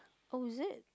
oh is it